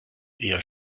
eher